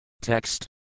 Text